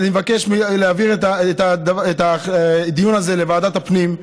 ואני מבקש להעביר את הדיון הזה לוועדת הפנים,